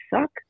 suck